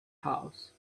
house